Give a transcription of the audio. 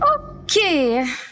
Okay